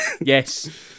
yes